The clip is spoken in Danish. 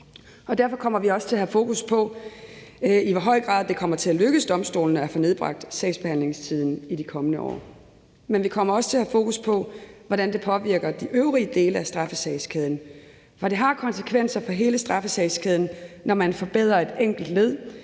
Derfor kommer vi også til at have fokus på, i hvor høj grad det kommer til at lykkes domstolene at få nedbragt sagsbehandlingstiden i de kommende år. Men vi kommer også til at have fokus på, hvordan det påvirker de øvrige dele af straffesagskæden. For det har konsekvenser for hele straffesagskæden, når man forbedrer et enkelt led,